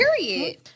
period